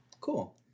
Cool